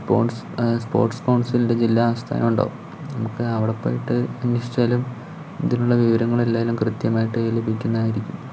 sports sports കൗൺസിലിൻ്റെ ജില്ലാ ആസ്ഥാനുണ്ടാവും നമുക്ക് അവിടെപ്പോയിട്ട് അന്വേഷിച്ചാലും ഇതിലുള്ള വിവരങ്ങളെല്ലാം കൃത്യമായിട്ട് ലഭിക്കുന്നതായിരിക്കും